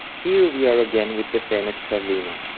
here we are again with the famous zarlino.